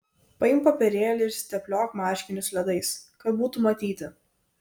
paimk popierėlį ir išsitepliok marškinius ledais kad būtų matyti